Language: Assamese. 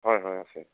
হয় হয় আছে